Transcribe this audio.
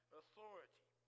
authority